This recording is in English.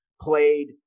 played